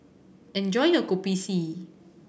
enjoy your Kopi C